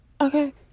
okay